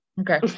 okay